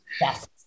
Yes